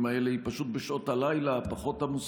האלה היא פשוט בשעות הלילה הפחות-עמוסות,